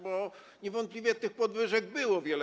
Bo niewątpliwie tych podwyżek było wiele.